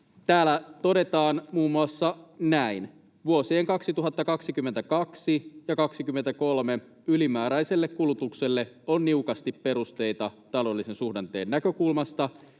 Täällä todetaan muun muassa näin: ”Vuosien 2022 ja 23 ylimääräiselle kulutukselle on niukasti perusteita taloudellisen suhdanteen näkökulmasta.